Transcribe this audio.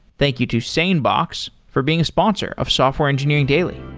thank you to sanebox for being a sponsor of software engineering daily